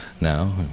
now